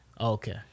Okay